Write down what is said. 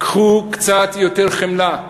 קצת יותר חמלה.